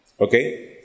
Okay